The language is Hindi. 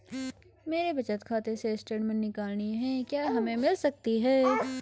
मेरे बचत खाते से स्टेटमेंट निकालनी है क्या हमें मिल सकती है?